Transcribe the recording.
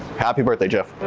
happy birthday jeff.